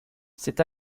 c’est